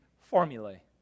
formulae